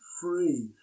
free